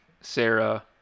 sarah